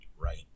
Right